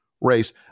race